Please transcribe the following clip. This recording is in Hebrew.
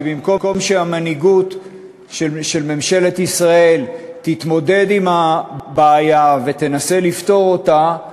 ובמקום שהמנהיגות של ממשלת ישראל תתמודד עם הבעיה ותנסה לפתור אותה,